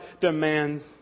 demands